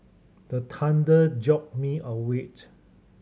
the thunder jolt me a wait